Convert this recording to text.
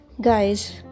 guys